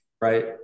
Right